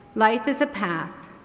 life is a path,